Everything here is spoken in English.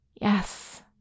yes